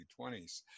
20s